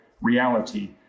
reality